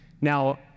Now